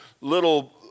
little